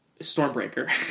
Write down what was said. Stormbreaker